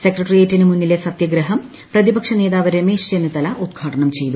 സെക്രട്ടറിയേറ്റിന് മുന്നിലെ സത്യാഗ്രഹം പ്രതിപക്ഷ നേതാവ് രമേശ് ചെന്നിത്തല ഉദ്ഘാടനം ചെയ്തു